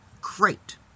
Great